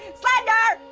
slender!